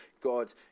God